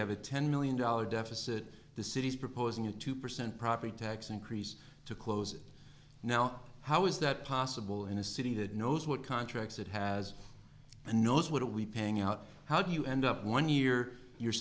have a ten million dollars deficit the city is proposing a two percent property tax increase to close it now how is that possible in a city that knows what contracts it has and knows what are we paying out how do you end up one year you're